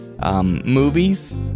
Movies